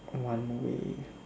one way